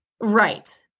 Right